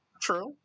true